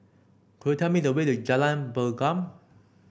could you tell me the way to Jalan Pergam